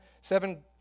seven